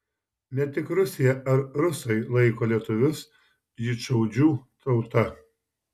ne tik rusija ar rusai laiko lietuvius žydšaudžių tauta